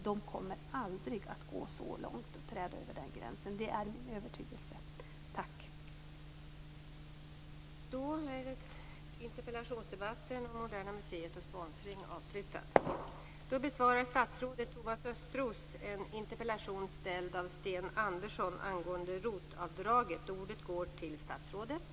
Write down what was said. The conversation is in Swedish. De kommer aldrig att gå så långt att de träder över den gränsen - det är min övertygelse.